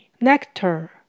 Nectar